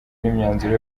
n’imyanzuro